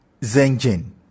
Zengen